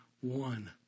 one